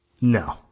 no